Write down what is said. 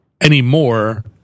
anymore